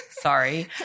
Sorry